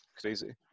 crazy